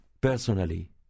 Personally